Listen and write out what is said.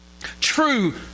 True